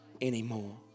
anymore